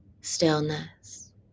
stillness